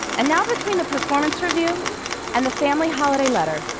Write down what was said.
and now, between the performance review and the family holiday letter,